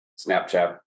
Snapchat